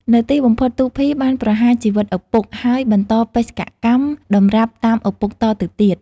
នៅទីបំផុត ទូភី បានប្រហារជីវិតឪពុក ហើយបន្តបេសកកម្មតម្រាប់តាមឪពុកតទៅទៀត ។